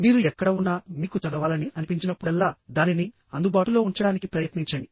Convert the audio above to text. మీరు ఎక్కడ ఉన్నా ఆపై మీకు చదవాలని అనిపించినప్పుడల్లా దానిని అందుబాటులో ఉంచడానికి ప్రయత్నించండి